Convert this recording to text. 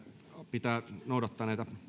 pitää noudattaa näitä